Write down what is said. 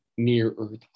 near-Earth